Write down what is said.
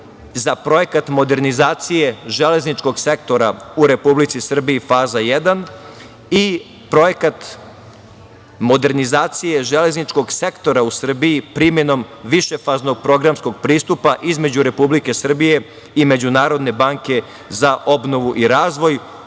za projekat modernizacije železničkog sektora u Republici Srbiji, faza 1, i Projekat modernizacije železničkog sektora u Srbiji primenom višefaznog programskog pristupa između Republike Srbije i Međunarodne banke za obnovu i razvoj.